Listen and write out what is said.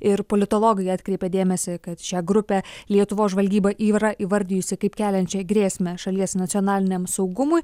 ir politologai atkreipė dėmesį kad šią grupę lietuvos žvalgyba yra įvardijusi kaip keliančią grėsmę šalies nacionaliniam saugumui